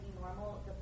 normal